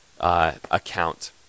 account